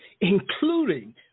including